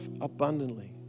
abundantly